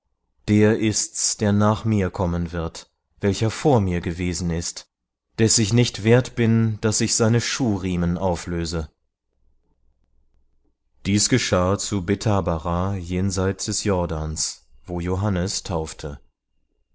der ist's der nach mir kommen wird welcher vor mir gewesen ist des ich nicht wert bin daß ich seine schuhriemen auflöse dies geschah zu bethabara jenseit des jordans wo johannes taufte